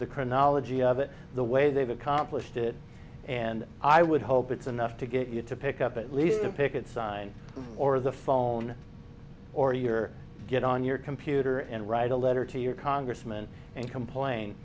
the chronology of it the way they've accomplished it and i would hope it's enough to get you to pick up at least a picket sign or the phone or your get on your computer and write a letter to your congressman and complain